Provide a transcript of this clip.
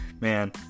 Man